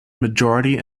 majority